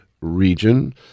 region